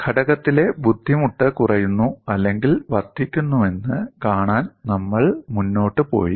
ഘടകത്തിലെ ബുദ്ധിമുട്ട് കുറയുന്നു അല്ലെങ്കിൽ വർദ്ധിക്കുന്നുവെന്ന് കാണാൻ നമ്മൾ മുന്നോട്ട് പോയി